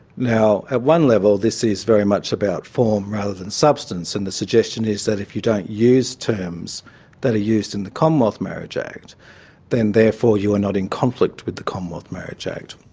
now, at one level this is very much about form rather than substance and the suggestion is that if you don't use terms that are used in the commonwealth marriage act then therefore you are not in conflict with the commonwealth marriage act.